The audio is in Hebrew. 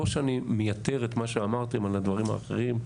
לא שאני מייתר את מה שאמרתם על הדברים האחרים.